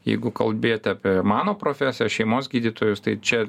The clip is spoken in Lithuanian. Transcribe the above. jeigu kolbėti apie mano profesiją šeimos gydytojus tai čia ypatingai